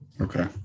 okay